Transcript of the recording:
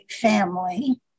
family